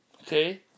okay